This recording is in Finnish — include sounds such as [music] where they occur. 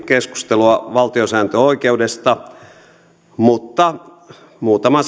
käydäkseni keskustelua valtiosääntöoikeudesta mutta muutama [unintelligible]